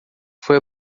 foi